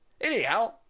anyhow